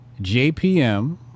JPM